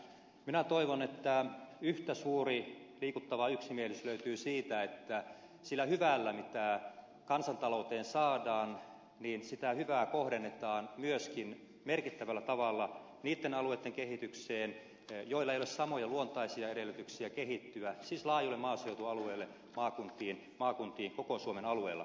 minä toivon että yhtä suuri liikuttava yksimielisyys löytyy siitä että sitä hyvää mitä kansantalouteen saadaan kohdennetaan myöskin merkittävällä tavalla niitten alueitten kehitykseen joilla ei ole samoja luontaisia edellytyksiä kehittyä siis laajoille maaseutualueille maakuntiin koko suomen alueella